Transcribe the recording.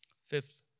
Fifth